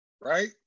right